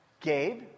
Gabe